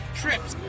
trips